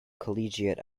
collegiate